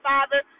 Father